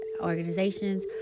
organizations